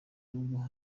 rugo